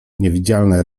niewidzialne